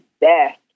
best